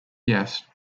yes